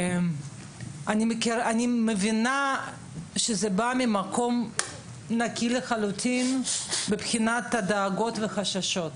אני מבינה שזה בא ממקום נקי לחלוטין מבחינת הדאגות והחששות.